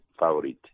favorite